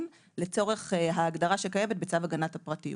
לצורך ההגדרה שקיימת בצו הגנת הפרטיות.